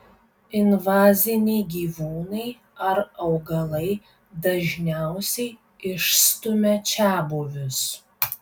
invaziniai gyvūnai ar augalai dažniausiai išstumia čiabuvius